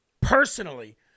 personally